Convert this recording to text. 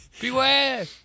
Beware